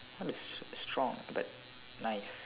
what is strong but nice